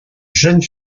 jeunes